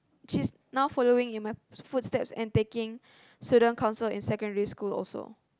she's now following in my footsteps and taking student council in secondary school also